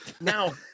Now